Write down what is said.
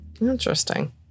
Interesting